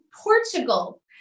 Portugal